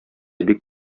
бик